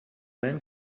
men